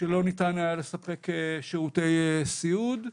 שלא ניתן היה לספק שירותי סיעוד,